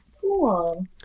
Cool